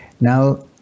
Now